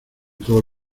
todos